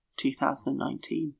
2019